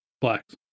Blacks